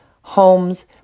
homes